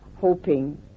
hoping